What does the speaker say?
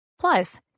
Plus